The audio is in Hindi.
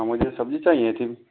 मुझे सब्ज़ी चाहिए थी